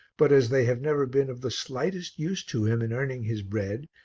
but as they have never been of the slightest use to him in earning his bread,